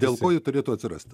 dėl ko ji turėtų atsirasti